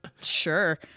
sure